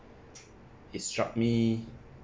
it struck me